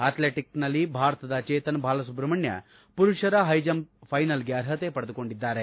ಅಥ್ಲೆಂಟಿಕ್ನಲ್ಲಿ ಭಾರತದ ಚೇತನ್ ಬಾಲಸುಬ್ರಹ್ನಣ್ಣ ಪುರುಷರ high jump ಫೈನಲ್ಗೆ ಅರ್ಹತೆ ಪಡೆದುಕೊಂಡಿದ್ದಾರೆ